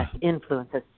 influences